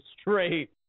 straight